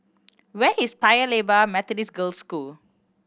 where is Paya Lebar Methodist Girls' School